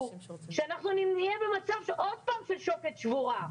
שאנחנו נהיה עוד פעם במצב של שוקת שבורה.